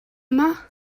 yma